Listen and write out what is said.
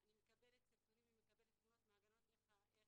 אני מקבלת סרטונים ומקבלת תמונות מהגננות איך